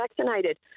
vaccinated